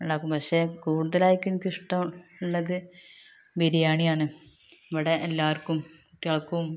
ഉണ്ടാക്കും പക്ഷെ കൂടുതലായിട്ട് എനിക്ക് ഇഷ്ടമുള്ളത് ബിരിയാണിയാണ് ഇവിടെ എല്ലാവർക്കും കുട്ടിയോൾക്കും